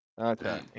Okay